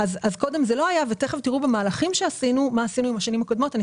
קודם זה לא היה ותכף תראו במהלכים שעשינו מה עשינו עם השנים הקודמות.